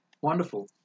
wonderful